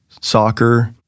Soccer